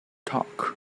talk